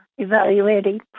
Evaluating